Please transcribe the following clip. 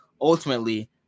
ultimately